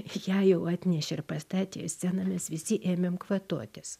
ją jau atnešė ir pastatė į sceną mes visi ėmėm kvatotis